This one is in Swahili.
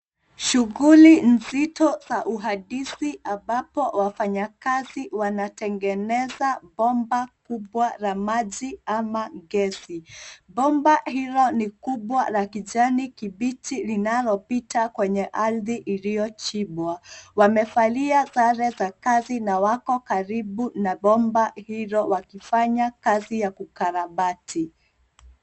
Shughuli nzito za uhandisi ambapo wafanyakazi wanatengeneza bomba kubwa la maji ama ngezi. Bomba hilo ni kubwa la kijani kibichi linalopita kwenye ardhi iliyochimbwa. Wamevalia sare za kazi na wako karibu na bomba hilo wakifanya kazi ya kukarabati.